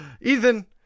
ethan